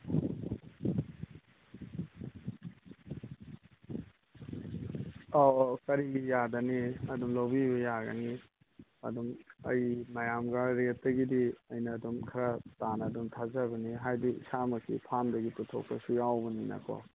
ꯑꯧ ꯑꯧ ꯀꯔꯤꯒꯤ ꯌꯥꯗꯅꯤ ꯑꯗꯨꯝ ꯂꯧꯕꯤꯕ ꯌꯥꯒꯅꯤ ꯑꯗꯨꯝ ꯑꯩ ꯃꯌꯥꯝꯒ ꯔꯦꯠꯇꯒꯤꯗꯤ ꯑꯩꯅ ꯑꯗꯨꯝ ꯈꯔ ꯇꯥꯅ ꯑꯗꯨꯝ ꯊꯥꯖꯕꯅꯦ ꯍꯥꯏꯗꯤ ꯏꯁꯥꯃꯛꯀꯤ ꯐꯥꯝꯗꯒꯤ ꯄꯨꯊꯣꯛꯄꯁꯨ ꯌꯥꯎꯕꯅꯤꯅꯀꯣ